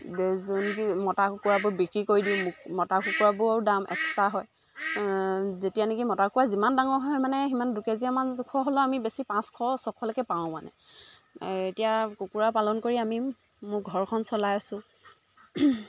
যোন যি মতা কুকুৰাবোৰ বিক্ৰী কৰি দিওঁ মতা কুকুৰাবোৰৰো দাম এক্সট্ৰা হয় যেতিয়া নেকি মতা কুকুৰা যিমান ডাঙৰ হয় মানে সিমান দুকেজিমান জোখৰ হ'লেও আমি বেছি পাঁচশ ছশলৈকে পাওঁ মানে এতিয়া কুকুৰা পালন কৰি আমি মোৰ ঘৰখন চলাই আছোঁ